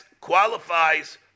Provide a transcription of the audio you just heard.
qualifies